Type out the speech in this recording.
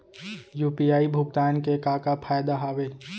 UPI भुगतान के का का फायदा हावे?